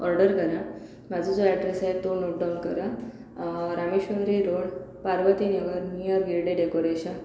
order करा माझा जो अॅड्रेस आहे तो नोटडाऊन करा Rameshwari road Parvatinagar near Hirde decoration